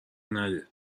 نده